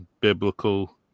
biblical